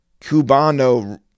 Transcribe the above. Cubano